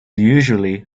usually